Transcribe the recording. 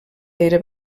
era